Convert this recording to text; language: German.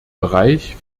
bereich